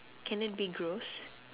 can it be gross